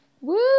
woo